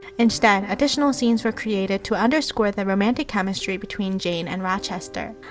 instead, additional scenes were created to underscore the romantic chemistry between jane and rochester.